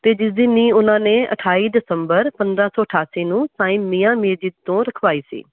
ਅਤੇ ਜਿਸ ਦੀ ਨੀਂਹ ਉਹਨਾਂ ਨੇ ਅਠਾਈ ਦਸੰਬਰ ਪੰਦਰ੍ਹਾਂ ਸੌ ਅਠਾਸੀ ਨੂੰ ਸਾਈ ਮੀਆਂ ਮੀਰ ਜੀ ਤੋਂ ਰਖਵਾਈ ਸੀ